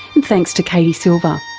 and thanks to katie silver.